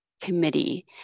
committee